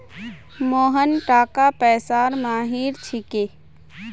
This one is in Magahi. मोहन टाका पैसार माहिर छिके